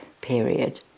period